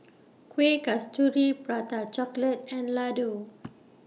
Kuih Kasturi Prata Chocolate and Laddu